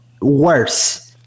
Worse